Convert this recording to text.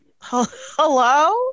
Hello